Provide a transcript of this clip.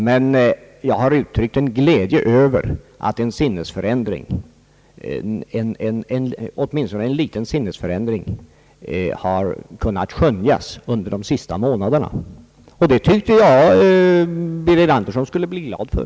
Men jag har uttryckt min glädje över att åtminstone en liten sinnesändring i positiv riktning har kunnat skönjas hos socialdemokraterna de senaste månaderna, vilket jag trodde herr Birger Andersson också skulle bli glad för.